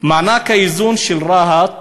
מענק האיזון של רהט